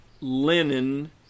linen